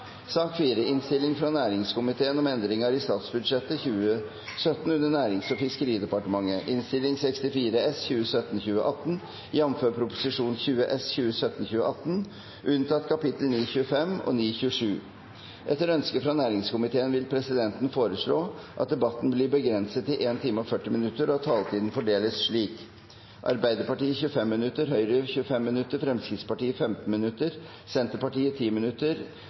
sak nr. 2 behandles etter disse. – Det anses vedtatt. Etter ønske fra næringskomiteen vil presidenten foreslå at debatten blir begrenset til 1 time og 40 minutter, og at taletiden fordeles slik: Arbeiderpartiet 25 minutter, Høyre 25 minutter, Fremskrittspartiet 15 minutter, Senterpartiet 10 minutter,